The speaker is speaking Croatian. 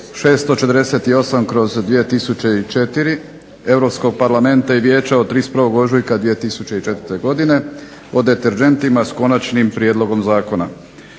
648/2004 Europskog parlamenta i Vijeća od 31. ožujka 2004. godine o deterdžentima s konačnim prijedlogom zakona.